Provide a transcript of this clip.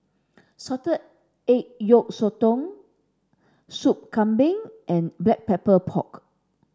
salted egg yolk sotong Sup Kambing and black pepper pork